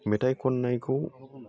मेथाइ खननायखौ